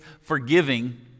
forgiving